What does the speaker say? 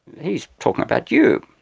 he's talking about you.